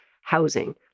Housing